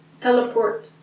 teleport